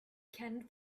cannot